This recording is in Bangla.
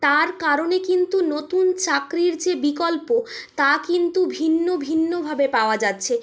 তার কারণে কিন্তু নতুন চাকরির যে বিকল্প তা কিন্তু ভিন্ন ভিন্ন ভাবে পাওয়া যাচ্ছে